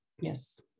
Yes